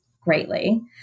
greatly